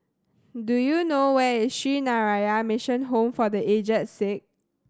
do you know where is Sree Narayana Mission Home for The Aged Sick